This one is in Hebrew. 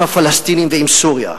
עם הפלסטינים ועם סוריה,